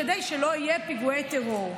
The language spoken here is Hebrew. כדי שלא יהיו פיגועי טרור.